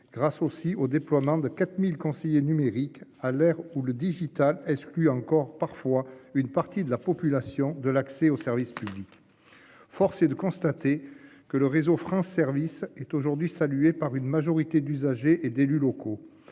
grâce aussi au déploiement de 4000 conseillers numérique à l'heure où le digital. Encore parfois. Une partie de la population de l'accès aux services publics. Force est de constater que le réseau France service est aujourd'hui saluée par une majorité d'usagers et d'élus locaux.